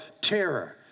terror